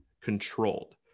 controlled